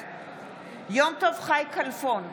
בעד יום טוב חי כלפון,